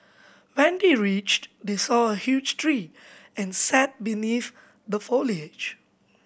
when they reached they saw a huge tree and sat beneath the foliage